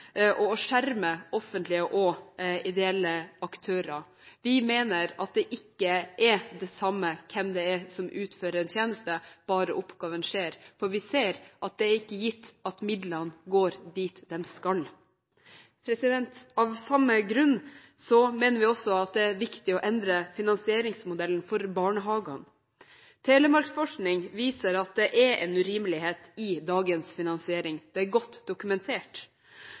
og å skjerme offentlige og ideelle aktører. Vi mener at det ikke er det samme hvem det er som utfører en tjeneste, bare oppgaven skjer. For vi ser at det ikke er gitt at midlene går dit de skal. Av samme grunn mener vi også at det er viktig å endre finansieringsmodellen for barnehagene. Telemarksforskning viser at det er en urimelighet i dagens finansiering. Det er godt dokumentert.